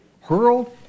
Hurled